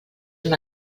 una